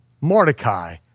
Mordecai